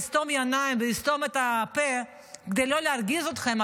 אכסה את העיניים ואסתום את הפה כדי לא להרגיז אתכם,